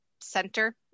center